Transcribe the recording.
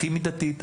הכי מידתית,